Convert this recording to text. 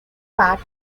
part